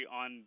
on